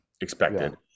expected